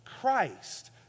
Christ